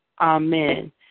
Amen